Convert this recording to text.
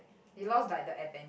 they lost like the adventure